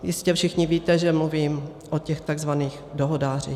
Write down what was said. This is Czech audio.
Jistě všichni víte, že mluvím o těch takzvaných dohodářích.